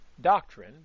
doctrine